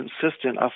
consistent